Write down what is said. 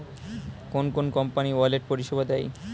কোন কোন company wallet পরিষেবা দেয়?